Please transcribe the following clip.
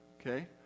Okay